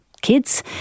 Kids